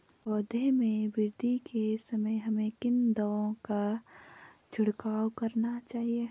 पौधों में वृद्धि के समय हमें किन दावों का छिड़काव करना चाहिए?